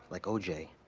like o j.